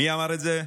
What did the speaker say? מי אמר את זה?